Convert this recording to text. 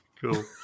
Cool